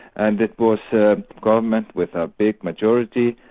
and it was a government with a big majority,